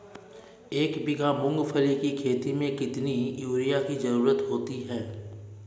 एक बीघा मूंगफली की खेती में कितनी यूरिया की ज़रुरत होती है?